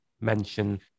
mention